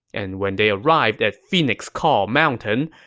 and when they arrived at phoenix call mountain,